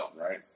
right